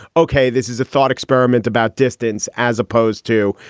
ok. this is a thought experiment about distance as opposed to,